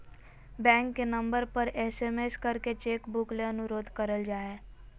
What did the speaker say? bank के number पर SMS करके चेक बुक ले अनुरोध कर जा हय